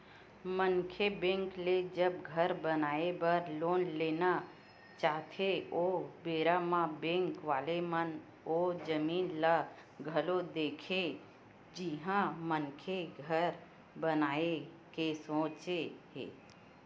मनखे बेंक ले जब घर बनाए बर लोन लेना चाहथे ओ बेरा म बेंक वाले मन ओ जमीन ल घलो देखथे जिहाँ मनखे घर बनाए के सोचे हे